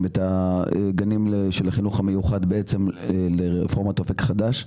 את הגנים של החינוך המיוחד לרפורמת "אופק חדש",